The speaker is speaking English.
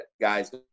guys